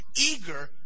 eager